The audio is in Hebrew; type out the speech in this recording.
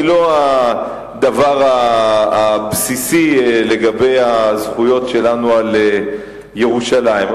היא לא הדבר הבסיסי לגבי הזכויות שלנו על ירושלים.